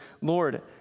Lord